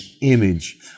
image